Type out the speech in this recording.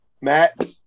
Matt